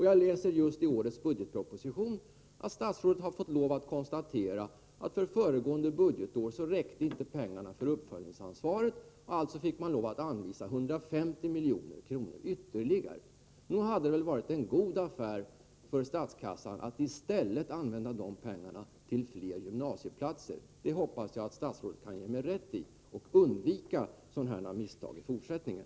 Jag läser just i årets budgetproposition att statsrådet har fått lov att konstatera att pengarna inte räckte till under uppföljningsansvaret föregående budgetår, alltså fick man lov att anvisa 150 milj.kr. ytterligare. Nog hade det väl varit en god affär för statskassan att i stället använda de pengarna till fler gymnasieplatser? Det hoppas jag att statsrådet kan ge mig rätt i — då kan hon undvika sådana här misstag i fortsättningen.